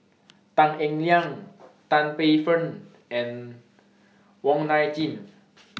Tan Eng Liang Tan Paey Fern and Wong Nai Chin